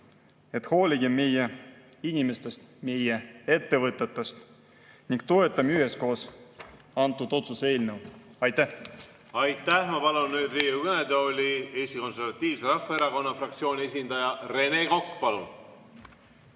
et hoolige meie inimestest ja meie ettevõtetest ning toetame üheskoos seda otsuse eelnõu. Aitäh! Aitäh! Ma palun nüüd Riigikogu kõnetooli Eesti Konservatiivse Rahvaerakonna fraktsiooni esindaja. Rene Kokk, palun!